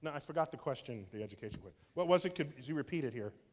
and i forgot the question, the education what what was it? could you repeat it here?